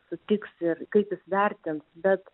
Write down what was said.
sutiks ir kaip jis vertins bet